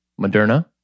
Moderna